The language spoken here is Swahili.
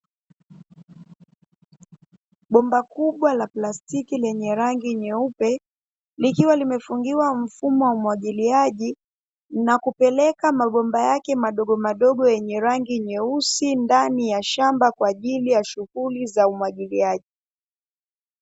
Bomba kubwa la plastiki lenye rangi nyeupe, likiwa limefungiwa mfumo wa umwagiliaji na kupeleka mabomba yake madogomadogo yenye rangi nyeusi ndani ya shamba, kwa ajili ya shughuli za umwagiliaji.